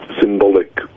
symbolic